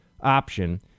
option